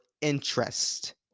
interest